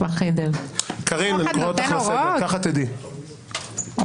מלוא עצמאות שיקול הדעת שלו